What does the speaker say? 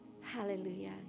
Hallelujah